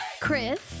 chris